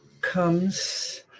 comes